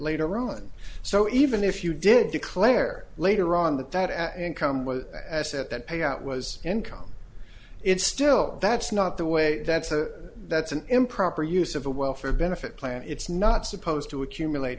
later on so even if you did declare later on that that income was set that payout was income it's still that's not the way that's a that's an improper use of a welfare benefit plan it's not supposed to accumulate